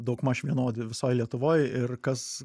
daugmaž vienodi visoj lietuvoj ir kas